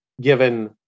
given